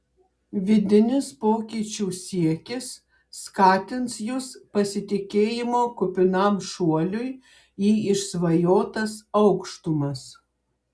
vidinis pokyčių siekis skatins jus pasitikėjimo kupinam šuoliui į išsvajotas aukštumas